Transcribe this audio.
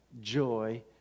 joy